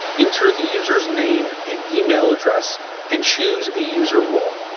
enter the user's name and email address and choose a user role.